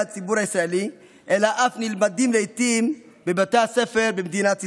הציבור הישראלי אלא אף נלמדים לעיתים בבתי הספר במדינת ישראל.